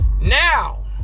Now